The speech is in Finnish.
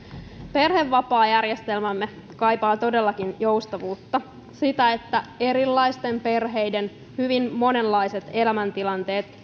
perhevapaajärjestelmämme kaipaa todellakin joustavuutta sitä että erilaisten perheiden hyvin monenlaiset elämäntilanteet